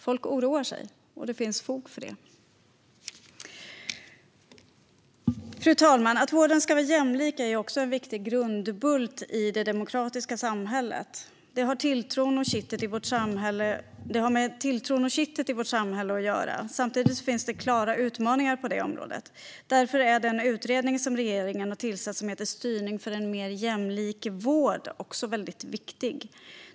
Folk oroar sig. Och det finns fog för det. Fru talman! Att vården ska vara jämlik är också en viktig grundbult i det demokratiska samhället. Det har med tilltron till och kittet i vårt samhälle att göra. Samtidigt finns det klara utmaningar på området. Därför är den utredning som regeringen har tillsatt, Styrning för en mer jämlik vård, väldigt viktig.